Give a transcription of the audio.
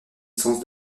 licence